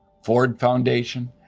ford foundation,